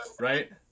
right